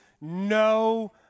no